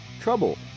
Trouble